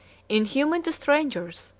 inhuman to strangers,